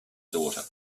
daughter